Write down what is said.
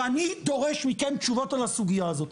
ואני דורש מכם תשובות על הסוגיה הזו,